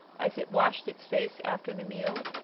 as it washed its face after the meal.